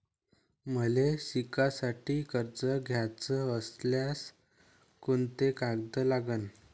मले शिकासाठी कर्ज घ्याचं असल्यास कोंते कागद लागन?